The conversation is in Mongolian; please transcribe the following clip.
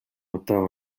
удаа